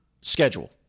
schedule